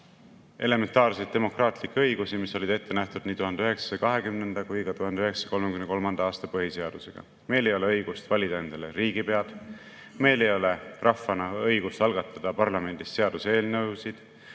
elementaarseid demokraatlikke õigusi, mis olid ette nähtud nii 1920. kui ka 1933. aasta põhiseadusega. Meil ei ole õigust valida endale riigipead, meil ei ole rahvana õigust algatada parlamendis seaduseelnõusid.